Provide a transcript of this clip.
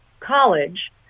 college